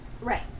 Right